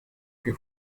que